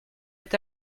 est